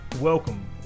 welcome